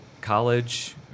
college